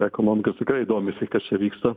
ekonomika tikrai domisi kas čia vyksta